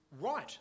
right